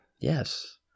Yes